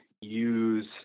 use